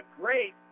great